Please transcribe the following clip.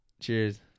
Cheers